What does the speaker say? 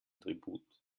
tribut